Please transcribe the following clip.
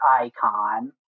icon